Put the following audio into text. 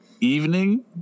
Evening